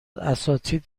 اساتید